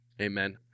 Amen